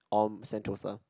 um Sentosa